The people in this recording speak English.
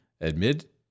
Admit